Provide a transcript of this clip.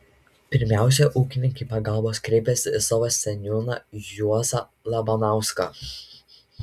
pirmiausia ūkininkai pagalbos kreipėsi į savo seniūną juozą labanauską